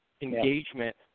engagement